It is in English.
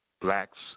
Blacks